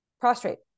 prostrate